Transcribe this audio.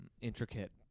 intricate